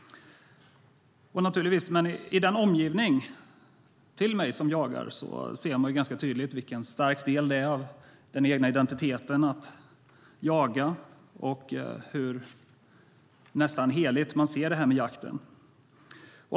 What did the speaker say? På dem i min omgivning som jagar ser man tydligt vilken stark del det är av den egna identiteten att jaga och hur nästan heligt man ser på detta med jakten.